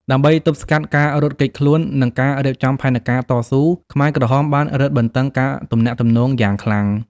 ដើម្បីទប់ស្កាត់ការរត់គេចខ្លួន និងការរៀបចំផែនការតស៊ូ ខ្មែរក្រហមបានរឹតបន្តឹងការទំនាក់ទំនងយ៉ាងខ្លាំង។